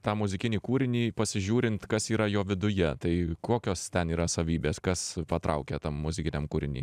tą muzikinį kūrinį pasižiūrint kas yra jo viduje tai kokios ten yra savybės kas patraukia tam muzikiniam kūriny